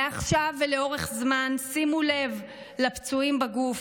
מעכשיו ולאורך זמן שימו לב לפצועים בגוף,